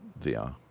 VR